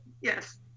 Yes